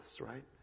right